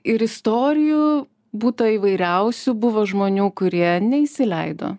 ir istorijų būta įvairiausių buvo žmonių kurie neįsileido